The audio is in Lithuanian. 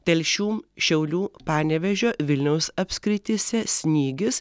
telšių šiaulių panevėžio vilniaus apskrityse snygis